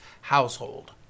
household